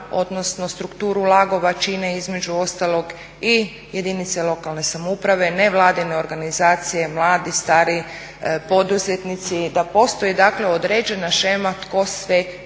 odnosno strukturu lagova čine između ostalog i jedinice lokalne samouprave, nevladine organizacije, mladi, stari poduzetnici, da postoji dakle određena shema tko sve mora,